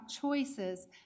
choices